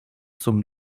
zum